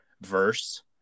verse